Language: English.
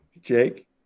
Jake